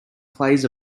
plays